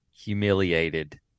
humiliated